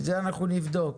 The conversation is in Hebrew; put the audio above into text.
את זה אנחנו נבדוק.